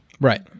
Right